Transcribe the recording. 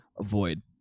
avoid